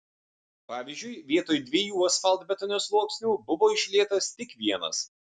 pavyzdžiui vietoj dviejų asfaltbetonio sluoksnių buvo išlietas tik vienas